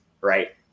Right